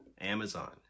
amazon